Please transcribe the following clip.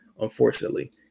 unfortunately